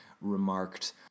remarked